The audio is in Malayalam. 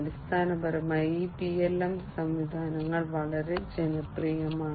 അടിസ്ഥാനപരമായി ഈ PLM സംവിധാനങ്ങൾ വളരെ ജനപ്രിയമാണ്